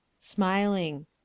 Smiling